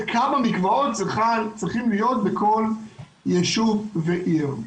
כמה מקוואות צריכים להיות בכל יישוב ועיר.